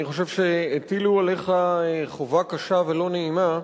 אני חושב שהטילו עליך חובה קשה ולא נעימה,